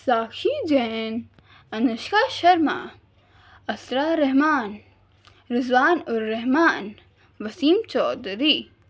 Sakshi Jain Anushka Sharma Isra Rahman Rizwan ur-Rahman Waseem Chaudhry